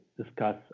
Discuss